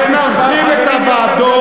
זה מספר חברים יותר גדול.